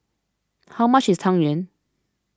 how much is Tang Yuen